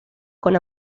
con